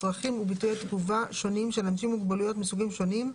צרכים וביטויי תגובה שונים של אנשים עם מוגבלות מסוגים שונים,